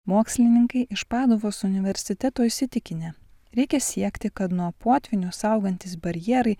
mokslininkai iš paduvos universiteto įsitikinę reikia siekti kad nuo potvynių saugantys barjerai